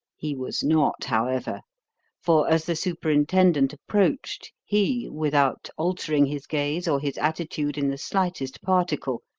he was not, however for as the superintendent approached he, without altering his gaze or his attitude in the slightest particle,